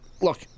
look